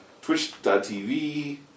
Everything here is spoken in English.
twitch.tv